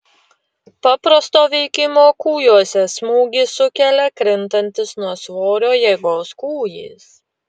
paprasto veikimo kūjuose smūgį sukelia krintantis nuo svorio jėgos kūjis